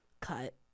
cut